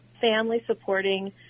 family-supporting